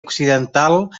occidental